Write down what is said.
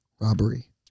robbery